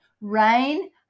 rain